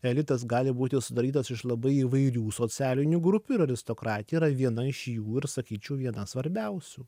elitas gali būti sudarytas iš labai įvairių socialinių grupių ir aristokratija yra viena iš jų ir sakyčiau viena svarbiausių